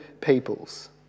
peoples